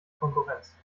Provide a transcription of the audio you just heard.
konkurrenz